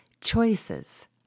choices